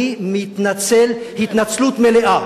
אני מתנצל התנצלות מלאה